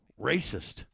racist